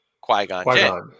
qui-gon